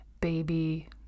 baby